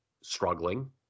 struggling